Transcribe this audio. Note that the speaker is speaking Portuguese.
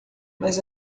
mas